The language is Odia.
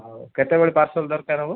ହଉ କେତେବେଳେ ପାର୍ସଲ ଦରକାର ହେବ